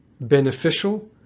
beneficial